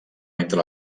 entre